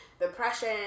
depression